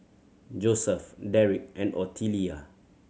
Joeseph Derick and Otelia